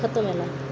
ଖତମ ହେଲା